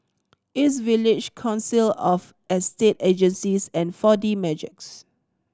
East Village Council of Estate Agencies and Four D Magix